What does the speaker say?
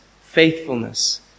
faithfulness